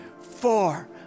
four